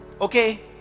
Okay